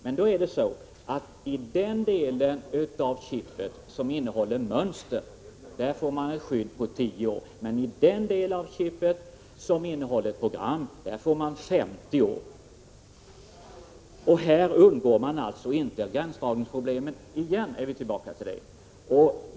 Man bör då ta i beaktande att man för den del av chipet som innehåller mönster får en skyddstid på 10 år, medan man för den del som innehåller program får en skyddstid på 50 år. Man kommer alltså inte att kunna undvika gränsdragningsproblem ens med propositionens lagförslag.